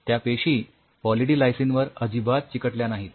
त्या पेशी poly D lysine वर अजिबात चिकटल्या नाहीत